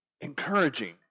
encouraging